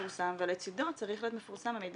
יפורסם ולצדו צריך להיות מפורסם המידע